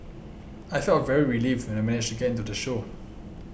I felt very relieved when I managed to get into the show